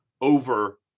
over